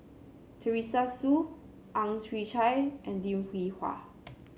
Teresa Hsu Ang Chwee Chai and Lim Hwee Hua